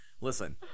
Listen